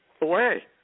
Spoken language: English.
away